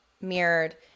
mirrored